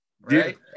right